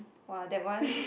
!wah! that one